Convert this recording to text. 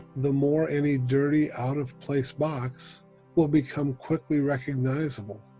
the more any dirty, out of place box will become quickly recognizable,